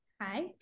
Hi